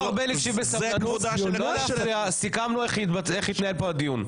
חברים, סיכמנו איך יתנהל כאן הדיון.